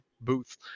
booth